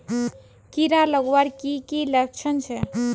कीड़ा लगवार की की लक्षण छे?